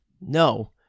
No